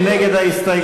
מי נגד ההסתייגות?